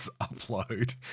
upload